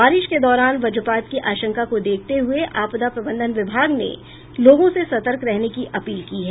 बारिश के दौरान वज्रपात की आशंका को देखते हुए आपदा प्रबंधन विभाग ने लोगों से सतर्क रहने की अपील की है